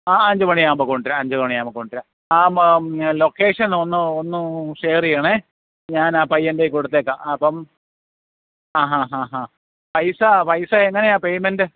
ആ അഞ്ച് മണിയാകുമ്പം കൊണ്ടു വരാം അഞ്ച് മണിയാകുമ്പം കൊണ്ടു വരാം ലൊക്കേഷൻ ഒന്ന് ഒന്ന് ഷെയർ ചെയ്യണേ ഞാൻ ആ പയ്യൻ്റയ്ൽ കൊടുത്തയക്കാം അപ്പം അ ഹാ ഹാ ഹാ പൈസാ പൈസ എങ്ങനെയാണ് പേയ്മെൻ്റ്